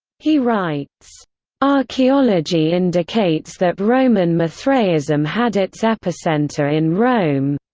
he writes archaeology indicates that roman mithraism had its epicenter in rome.